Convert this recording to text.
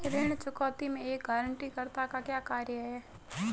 ऋण चुकौती में एक गारंटीकर्ता का क्या कार्य है?